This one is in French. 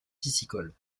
piscicole